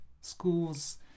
schools